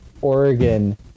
Oregon